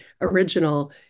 Original